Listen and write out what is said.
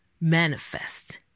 manifest